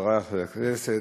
חברי חברי הכנסת,